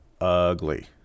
ugly